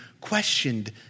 questioned